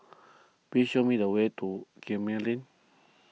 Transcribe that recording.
please show me the way to Gemmill Lane